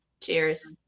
Cheers